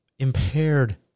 Impaired